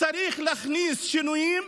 צריך להכניס שינויים,